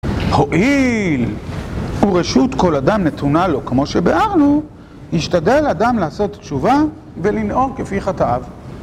הואיל ורשות כל אדם נתונה לו, כמו שבארנו, ישתדל אדם לעשות תשובה ולנהוג כפי חטאיו.